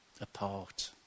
apart